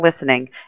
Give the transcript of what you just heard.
listening